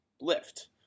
lift